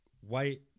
white